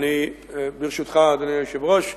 אדוני היושב-ראש,